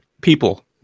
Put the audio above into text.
People